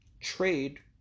Trade